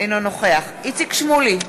אינו נוכח איציק שמולי,